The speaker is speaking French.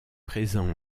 présent